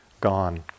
gone